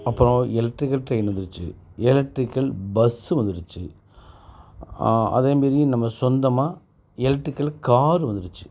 அப்புறம் electrical train வந்துடுச்சி electrical bus வந்துடுச்சி அதேமாரி நம்ம சொந்தமாக எலெக்ட்ரிகல் காரு வந்துடுச்சி